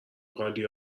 قالی